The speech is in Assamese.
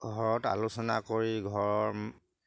ঘৰত আলোচনা কৰি ঘৰৰ